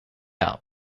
out